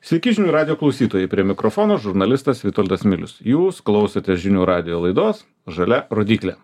sveiki žinių radijo klausytojai prie mikrofono žurnalistas vitoldas milius jūs klausotės žinių radijo laidos žalia rodyklė